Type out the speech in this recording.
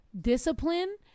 discipline